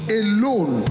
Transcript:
alone